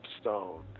stone